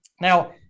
Now